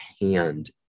hand